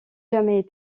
jamais